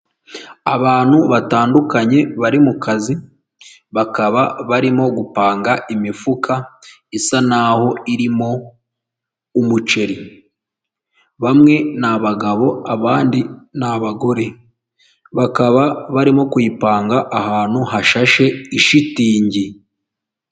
Abantu batandukanye bari mu kazi bakaba barimo gupanga imifuka isa naho irimo umuceri, bamwe ni abagabo abandi ni abagore, bakaba barimo kuyipanga ahantu hashashe ishitingi.